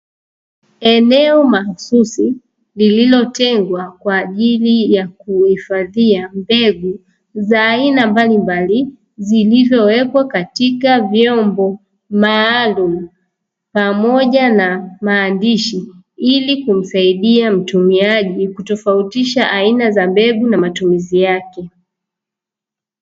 Eneo mahususi lililotengwa kwaajili ya kuhifadhia mbegu za aina mbalimbali zilizowekwa katika vyombo maalumu pamoja na maandishi, ili kumsaidia mtumiaji kutofautisha aina za mbegu na matumizi yake.